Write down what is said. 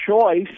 choice